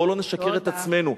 בואו ולא נשקר לעצמנו.